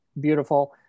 beautiful